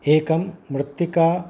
एकं मृत्तिका